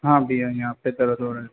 हाँ भैया यहाँ पे दर्द हो रहा है